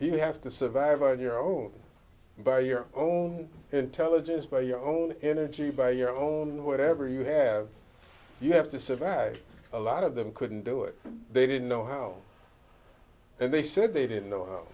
he have to survive on your own by your own intelligence by your own energy by your own whatever you have you have to survive a lot of them couldn't do it they didn't know how and they said they didn't know